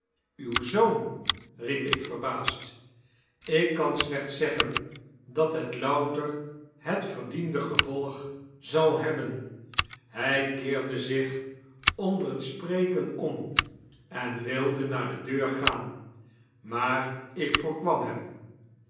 uw zoon riep ik verbaasd ik kan slechts zeggen dat het louter het verdiende gevolg zal hebben hij keerde zich onder t spreken om en wilde naar de deur gaan maar ik voorkwam hem